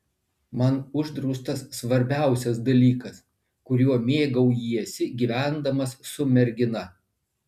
man uždraustas svarbiausias dalykas kuriuo mėgaujiesi gyvendamas su mergina